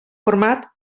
format